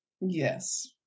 yes